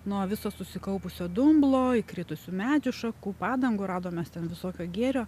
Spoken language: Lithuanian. nuo viso susikaupusio dumblo įkritusių medžių šakų padangų radom mes ten visokio gėrio